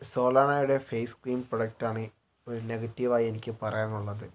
സോലാനയുടെ face cream product ആണ് ഒരു negative ആയി എനിക്ക് പറയാൻ ഉള്ളത്